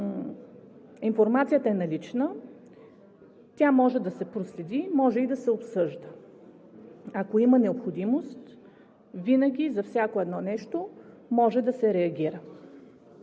Информацията е налична, тя може да се проследи, може и да се обсъжда. Ако има необходимост, винаги и за всяко едно нещо може да се реагира.